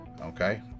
Okay